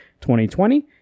2020